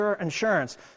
insurance